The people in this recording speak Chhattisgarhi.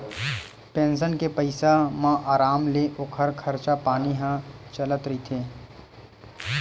पेंसन के पइसा म अराम ले ओखर खरचा पानी ह चलत रहिथे